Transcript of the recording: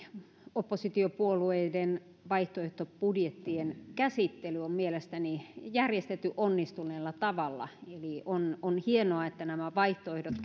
oppositiopuolueiden vaihtoehtobudjettien käsittely on mielestäni järjestetty onnistuneella tavalla eli on on hienoa että nämä vaihtoehdot